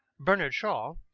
bernard shaw,